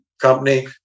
company